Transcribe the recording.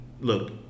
look